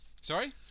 Sorry